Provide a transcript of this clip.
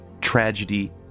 tragedy